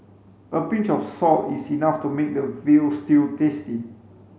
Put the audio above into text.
a pinch of salt is enough to make a veal stew tasty